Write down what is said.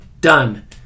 Done